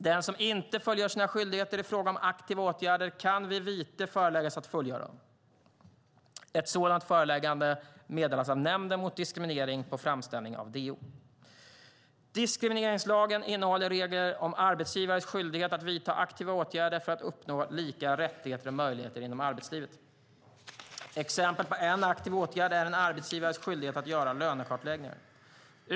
Den som inte fullgör sina skyldigheter i fråga om aktiva åtgärder kan vid vite föreläggas att fullgöra dem. Ett sådant föreläggande meddelas av Nämnden mot diskriminering på framställning av DO. Diskrimineringslagen innehåller regler om arbetsgivares skyldighet att vidta aktiva åtgärder för att uppnå lika rättigheter och möjligheter inom arbetslivet. Exempel på en aktiv åtgärd är en arbetsgivares skyldighet att göra lönekartläggningar.